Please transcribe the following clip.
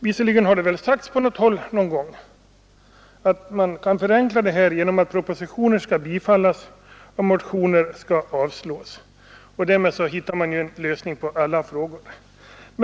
Det har väl sagts på något håll att man kan förenkla förfarandet genom att följa den regeln, att propositioner skall bifallas och motioner skall avslås; därmed hittar man ju en lösning på alla frågor.